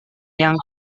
yang